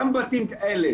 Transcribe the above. גם בתים כאלה,